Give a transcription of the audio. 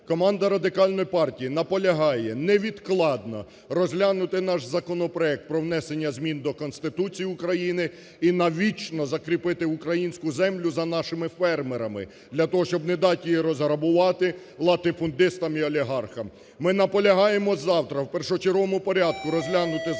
Команда Радикальної партії наполягає невідкладно розглянути наш законопроект про внесення змін до Конституції України і навічно закріпити українську землю за нашими фермерами для того, щоб не дати її розграбувати латифундистам і олігархам. Ми наполягаємо завтра в першочерговому порядку розглянути законопроект